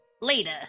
later